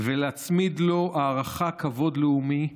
ולהצמיד לו הערכה וכבוד לאומי,